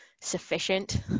sufficient